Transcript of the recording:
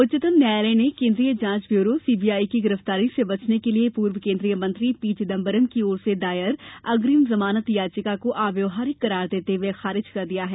चिदम्बरम उच्चतम न्यायालय ने केंद्रीय जांच ब्यूरो सीबीआई की गिरफ्तारी से बचने के लिए पूर्व केंद्रीय मंत्री पी चिदम्बरम की ओर से दायर अग्रिम जमानत याचिका को अव्यावहारिक करार देते हुए खारिज कर दिया है